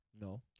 No